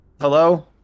Hello